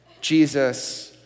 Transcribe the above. Jesus